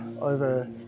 over